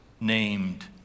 named